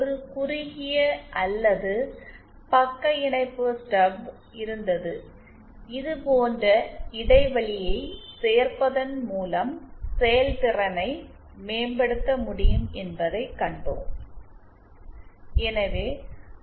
ஒரு குறுகிய அல்லது பக்க இணைப்பு ஸ்டப் இருந்தது இது போன்ற இடைவெளியைச் சேர்ப்பதன் மூலம் செயல்திறனை மேம்படுத்த முடியும் என்பதைக் கண்டோம்